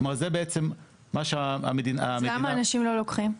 אז למה אנשים לא לוקחים?